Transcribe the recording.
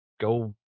go